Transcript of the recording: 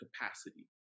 capacity